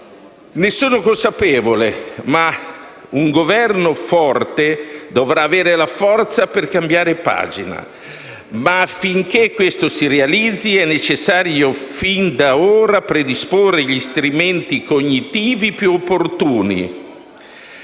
ne sono consapevole. Un Governo forte dovrà però avere la forza per cambiare pagina. Affinché questo si realizzi è però necessario sin da ora porre gli strumenti cognitivi più opportuni,